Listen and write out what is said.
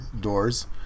doors